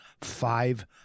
five